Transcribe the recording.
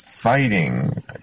fighting